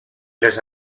les